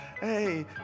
Hey